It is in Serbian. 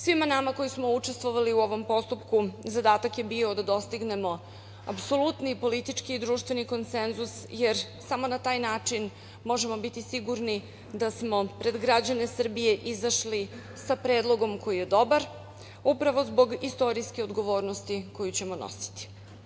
Svima nama koji smo učestvovali u ovom postupku zadatak je bio da dostignemo apsolutni politički i društveni konsenzus, jer samo na taj način možemo biti sigurni da smo pred građane Srbije izašli sa predlogom koji je dobar upravo zbog istorijske odgovornosti koju ćemo nositi.